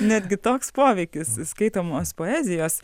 netgi toks poveikis skaitomos poezijos